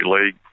league